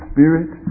Spirit